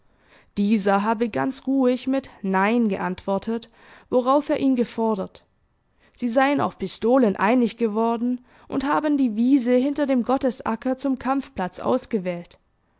dieser habe ganz ruhig mit nein geantwortet worauf er ihn gefordert sie seien auf pistolen einig geworden und haben die wiese hinter dem gottesacker zum kampfplatz ausgewählt